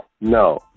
No